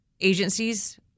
agencies